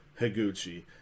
Higuchi